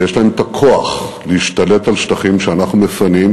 ויש להם את הכוח להשתלט על שטחים שאנחנו מפנים,